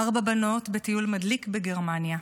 ארבע בנות בטיול מדליק בגרמניה,